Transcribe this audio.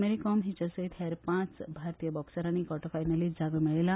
मेरी कॉम हिच्या सयत हेर पाच भारतीय बॉक्सरानी क्वॉर्टरफायनलीत जागो मेळयला